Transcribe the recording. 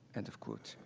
end of quote.